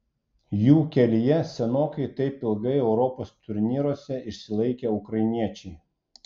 jų kelyje senokai taip ilgai europos turnyruose išsilaikę ukrainiečiai